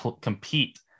compete